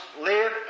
live